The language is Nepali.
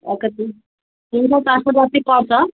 एकैछिन तिन सय चार सय जति पर्छ